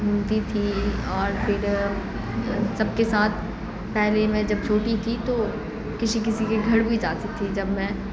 گھومتی تھی اور پھر سب کے ساتھ پہلے میں جب چھوٹی تھی تو کسی کسی کے گھر بھی جاتی تھی جب میں